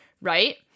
right